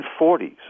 1940s